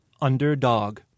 Underdog